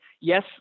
yes